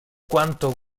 cuánto